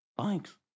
Thanks